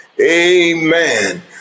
Amen